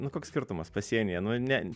nu koks skirtumas pasienyje nu ne